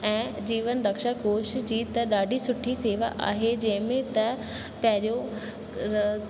ऐं जीवन रक्षा कोष जी त ॾाढी सुठी शेवा आहे जंहिंमें त पहिरियों